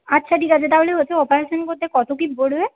আচ্ছা ঠিক আছে তাহলে হচ্ছে অপারেশন করতে কত কী পড়বে